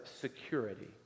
security